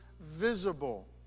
visible